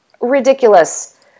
ridiculous